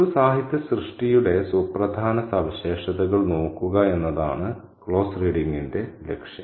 ഒരു സാഹിത്യ സൃഷ്ടിയുടെ സുപ്രധാന സവിശേഷതകൾ നോക്കുക എന്നതാണ് ക്ലോസ് റീഡിങ്ന്റ്റെ ലക്ഷ്യം